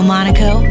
Monaco